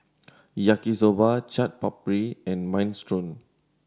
Yaki Soba Chaat Papri and Minestrone